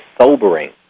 sobering